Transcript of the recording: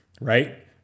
right